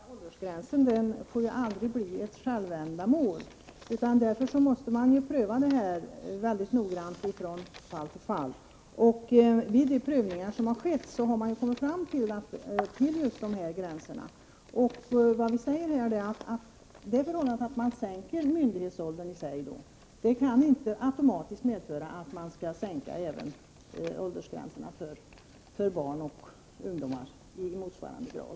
Nr 103 Herr talman! Åldersgränsen får aldrig bli ett självändamål. Därför måste Torsdagen den man pröva detta väldigt noggrant från fall till fall. Vid de prövningar som har 21 mars 1985 skett har man kommit fram till just dessa gränser. Det förhållandet att man har sänkt myndighetsåldern kan inte automatiskt medföra att man skall Införsel för fordran sänka även åldersgränserna för barn och ungdomar i motsvarande grad.